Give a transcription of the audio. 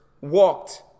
walked